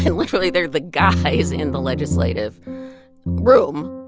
and literally, they're the guys in the legislative room.